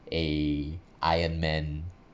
eh iron man